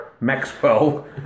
maxwell